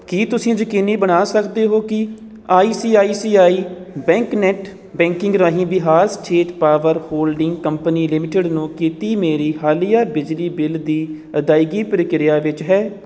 ਕੀ ਤੁਸੀਂ ਯਕੀਨੀ ਬਣਾ ਸਕਦੇ ਹੋ ਕਿ ਆਈ ਸੀ ਆਈ ਸੀ ਆਈ ਬੈਂਕ ਨੈੱਟ ਬੈਂਕਿੰਗ ਰਾਹੀਂ Bihar state power holding company limited ਨੂੰ ਕੀਤੀ ਮੇਰੀ ਹਾਲੀਆ ਬਿਜਲੀ ਬਿੱਲ ਦੀ ਅਦਾਇਗੀ ਪ੍ਰਕਿਰਿਆ ਵਿੱਚ ਹੈ